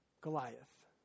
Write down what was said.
Goliath